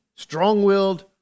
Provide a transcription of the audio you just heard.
strong-willed